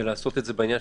ולעשות את זה בסבבים.